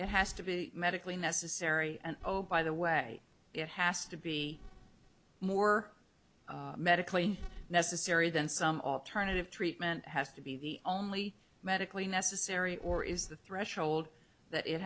it has to be medically necessary and obey the way it has to be more medically necessary than some alternative treatment has to be the only medically necessary or is the threshold that it